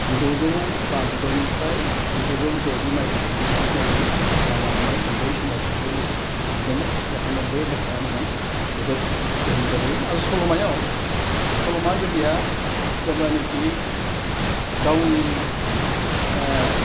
जिगुजौ बाजिडाइननिफ्राय जिगुजौ द'जि मायथाइसिम बिथाङा दंमोन हेलाना आङो उन्दै समाव बिथांखौ नुदोंमोन बेखायनो बे लेखाया आंजों जोबोद गोहोम गोलैयो आरो सल'मायाव सल'मागिरिया जेब्लानोखि गावनि